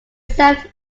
served